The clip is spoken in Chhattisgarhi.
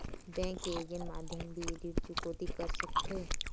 बैंक के ऐजेंट माध्यम भी ऋण चुकौती कर सकथों?